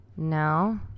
No